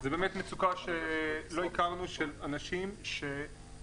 זו באמת מצוקה שלא הכרנו של אנשים שאין